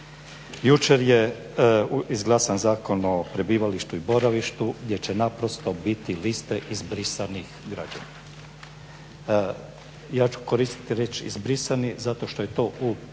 Jučer je izglasan Zakon o prebivalištu i boravištu gdje će naprosto biti liste izbrisanih građana. Ja ću koristiti riječ izbrisani zato što je to u